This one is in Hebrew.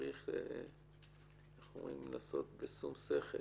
צריך לעשות את הדברים בשום שכל